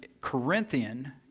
Corinthian